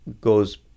goes